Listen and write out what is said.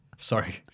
Sorry